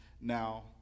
now